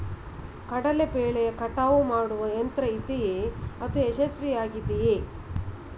ಕಡಲೆ ಬೆಳೆಯ ಕಟಾವು ಮಾಡುವ ಯಂತ್ರ ಇದೆಯೇ? ಅದು ಯಶಸ್ವಿಯಾಗಿದೆಯೇ?